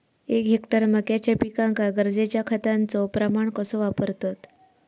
एक हेक्टर मक्याच्या पिकांका गरजेच्या खतांचो प्रमाण कसो वापरतत?